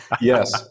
yes